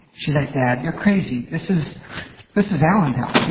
she's like, dad, you're crazy. this is this is allentown. yeah